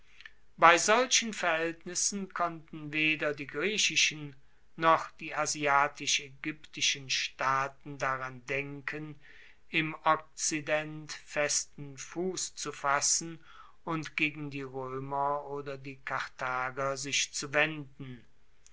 bei solchen verhaeltnissen konnten weder die griechischen noch die asiatisch aegyptischen staaten daran denken im okzident festen fuss zu fassen und gegen die roemer oder die karthager sich zu wenden